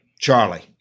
Charlie